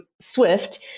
Swift